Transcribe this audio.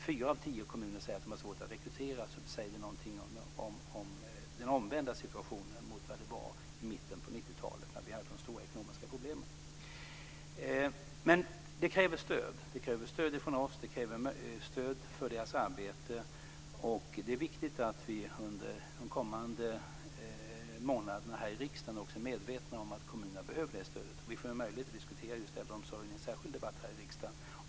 Fyra av tio kommuner säger att de har svårt att rekrytera. Det tyder på att situationen i dag är den omvända mot situationen i mitten av 90-talet, då vi hade de stora ekonomiska problemen. Detta kräver stöd. Det krävs ett stöd från oss till kommunernas arbete, och det är viktigt att vi i riksdagen under de kommande månaderna är medvetna om att kommunerna behöver det stödet. Vi får ju möjlighet att diskutera just äldreomsorgen i en särskild debatt här i riksdagen.